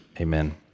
Amen